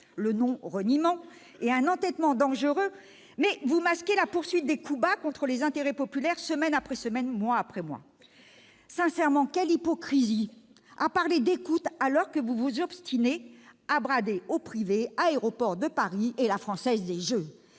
le non-reniement et un entêtement dangereux, mais vous masquez la poursuite des coups bas contre les intérêts populaires, semaine après semaine, mois après mois. Quelle hypocrisie à parler d'écoute alors que vous vous obstinez à brader au privé Aéroport de Paris, ADP, et la Française des jeux